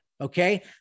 Okay